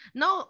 no